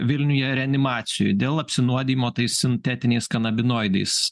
vilniuje reanimacijoj dėl apsinuodijimo tais sintetiniais kanabinoidais